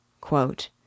Quote